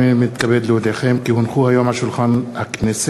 הנני מתכבד להודיעכם כי הונחו היום על שולחן הכנסת,